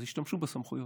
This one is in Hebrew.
אז ישתמשו בסמכויות.